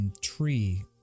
tree